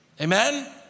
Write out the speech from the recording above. Amen